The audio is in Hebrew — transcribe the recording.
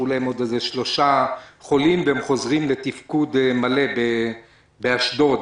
להם שלושה חולים והם חוזרים לפעילות מלאה באשדוד.